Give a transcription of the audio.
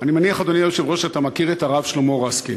אני מניח שאתה מכיר את הרב שלמה ריסקין.